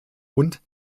und